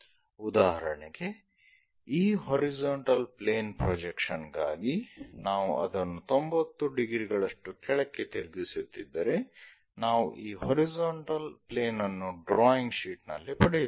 ಉದಾಹರಣೆಗೆ ಈ horizontal plane projection ಗಾಗಿ ನಾವು ಅದನ್ನು 90 ಡಿಗ್ರಿಗಳಷ್ಟು ಕೆಳಕ್ಕೆ ತಿರುಗಿಸುತ್ತಿದ್ದರೆ ನಾವು ಈ ಹಾರಿಜಾಂಟಲ್ ಪ್ಲೇನ್ ಅನ್ನು ಡ್ರಾಯಿಂಗ್ ಶೀಟ್ ನಲ್ಲಿ ಪಡೆಯುತ್ತೇವೆ